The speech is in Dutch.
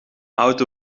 auto